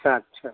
अच्छा अच्छा